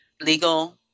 legal